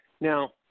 Now